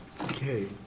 Okay